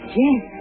yes